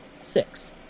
six